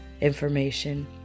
information